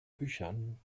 büchern